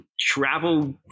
travel